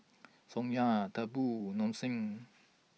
Ssangyong Tempur Nong Shim